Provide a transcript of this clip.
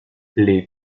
les